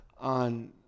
on